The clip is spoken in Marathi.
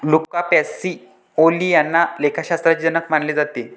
लुका पॅसिओली यांना लेखाशास्त्राचे जनक मानले जाते